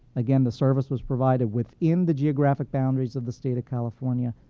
again, the service was provided within the geographic boundaries of the state of california,